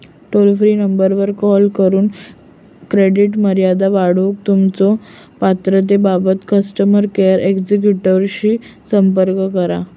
toll free नंबरवर call करून credit मर्यादा वाढवूक तुमच्यो पात्रतेबाबत कस्टमर केअर एक्झिक्युटिव्हशी संपर्क करा